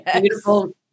beautiful